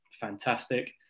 fantastic